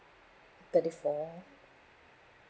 thirty four